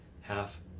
half